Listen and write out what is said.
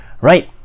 right